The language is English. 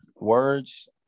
words